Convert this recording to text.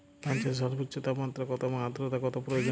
ধান চাষে সর্বোচ্চ তাপমাত্রা কত এবং আর্দ্রতা কত প্রয়োজন?